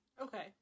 Okay